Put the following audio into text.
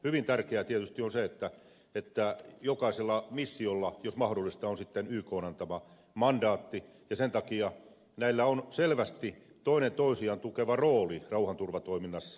hyvin tärkeää tietysti on se että jokaisella missiolla jos mahdollista on sitten ykn antama mandaatti ja sen takia näillä on selvästi toinen toisiaan tukeva rooli rauhanturvatoiminnassa